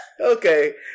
okay